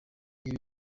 ibi